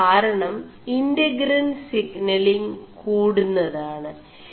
ഇതിനു കാരണം ഇൻ4ഗീൻ സിPലിംഗ് കൂടുMതാണ്